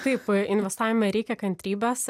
taip investavime reikia kantrybės